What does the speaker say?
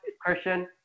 Christian